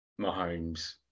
mahomes